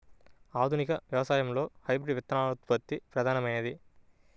ఆధునిక వ్యవసాయంలో హైబ్రిడ్ విత్తనోత్పత్తి ప్రధానమైనది